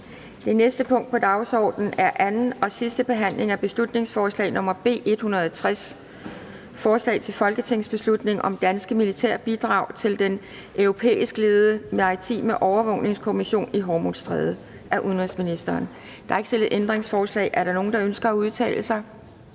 Det næste punkt på dagsordenen er: 9) 2. (sidste) behandling af beslutningsforslag nr. B 160: Forslag til folketingsbeslutning om danske militære bidrag til den europæiskledede maritime overvågningsmission i Hormuzstrædet. Af udenrigsministeren (Jeppe Kofod). (Fremsættelse 26.03.2020. 1. behandling